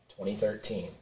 2013